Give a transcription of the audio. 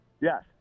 Yes